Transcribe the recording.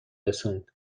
رسوند